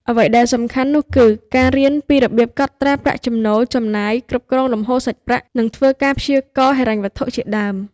អ្វីដែលសំខាន់នោះគឺ ការរៀនពីរបៀបកត់ត្រាប្រាក់ចំណូល ចំណាយ គ្រប់គ្រងលំហូរសាច់ប្រាក់ និងធ្វើការព្យាករណ៍ហិរញ្ញវត្ថុជាដើម។